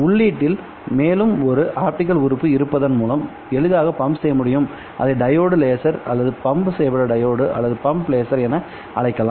உள்ளீட்டில் மேலும் ஒரு ஆப்டிகல் உறுப்பு இருப்பதன் மூலம் எளிதாக பம்ப் செய்ய முடியும் அதை டையோடு லேசர் அல்லது பம்ப் செய்யப்பட்ட டையோடு அல்லது பம்ப் லேசர் என அழைக்கலாம்